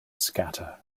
scatter